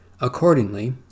Accordingly